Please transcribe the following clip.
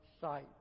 sight